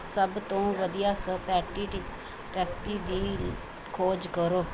ਸਭ ਤੋਂ ਵਧੀਆ ਸਪੇਟਟੀ ਰੈਸਿਪੀ ਦੀ ਖੋਜ ਕਰੋ